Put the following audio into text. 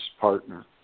partner